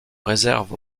réserve